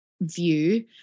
view